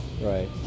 Right